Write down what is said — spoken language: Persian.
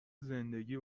زندگی